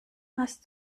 hast